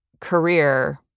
career